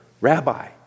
rabbi